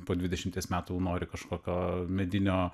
po dvidešimties metų nori kažkokio medinio